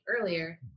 earlier